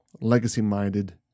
legacy-minded